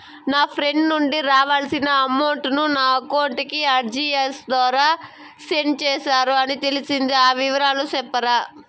నా ఫ్రెండ్ నుండి రావాల్సిన అమౌంట్ ను నా అకౌంట్ కు ఆర్టిజియస్ ద్వారా సెండ్ చేశారు అని తెలిసింది, ఆ వివరాలు సెప్తారా?